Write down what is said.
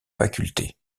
facultés